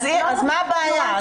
אז מה הבעיה?